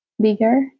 bigger